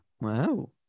Wow